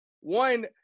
One